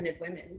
women